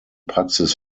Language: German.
praxis